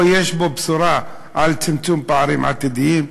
או יש בו בשורה על צמצום פערים עתידיים?